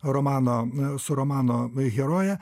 romano su romano heroje